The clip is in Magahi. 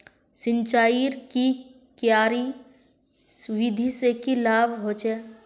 सिंचाईर की क्यारी विधि से की लाभ होचे?